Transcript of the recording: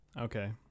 okay